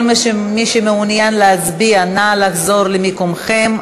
כל מי שמעוניין להצביע, נא לחזור למקומכם.